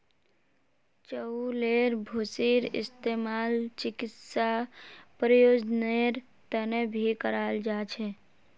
चउलेर भूसीर इस्तेमाल चिकित्सा प्रयोजनेर तने भी कराल जा छे